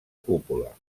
cúpula